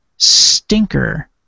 STINKER